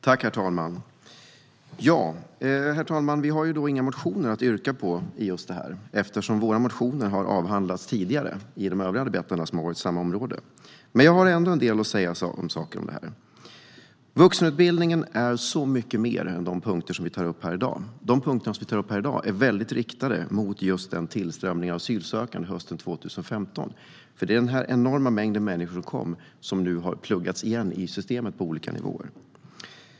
Herr talman! Jag har inga motioner att yrka bifall till i detta ärende eftersom våra motioner har avhandlats tidigare, i övriga debatter på samma område. Men jag har ändå en del saker att säga om detta. Vuxenutbildningen är så mycket mer än de punkter som vi tar upp här i dag. De punkter som vi tar upp i dag handlar i hög grad om den tillströmning av asylsökande Sverige hade 2015. Det är den enorma mängd människor som kom då som nu har gjort att systemet har pluggats igen på olika nivåer.